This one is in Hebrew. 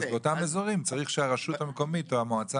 באותם אזורים צריך שהרשות המקומית או המועצה